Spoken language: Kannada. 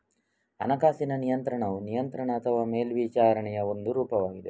ಹಣಕಾಸಿನ ನಿಯಂತ್ರಣವು ನಿಯಂತ್ರಣ ಅಥವಾ ಮೇಲ್ವಿಚಾರಣೆಯ ಒಂದು ರೂಪವಾಗಿದೆ